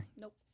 Nope